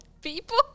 people